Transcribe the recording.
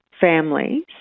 families